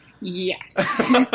yes